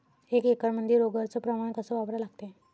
एक एकरमंदी रोगर च प्रमान कस वापरा लागते?